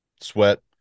Sweat